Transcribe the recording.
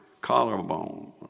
collarbone